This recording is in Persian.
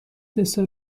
دسر